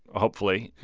ah hopefully.